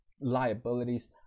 liabilities